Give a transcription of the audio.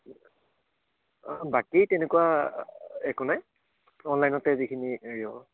অঁ বাকী তেনেকুৱা একো নাই অনলাইনতে যিখিনি হেৰি